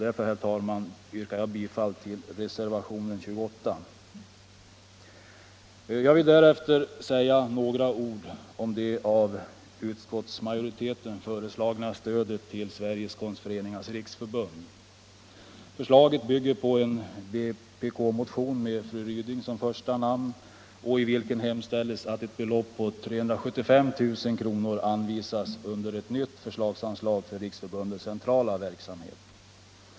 Därför, herr talman, yrkar jag bifall till reservationen 28. ? Jag vill därefter säga några ord om det av utskottsmajoriteten föreslagna stödet till Sveriges Konstföreningars riksförbund. Förslaget bygger på en vpk-motion med fru Ryding som första namn, i vilken hemställs att ett belopp på 375 000 kr. anvisas under ett nytt förslagsanslag för riksförbundets centrala verksamhet.